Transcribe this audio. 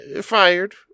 Fired